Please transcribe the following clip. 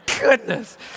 goodness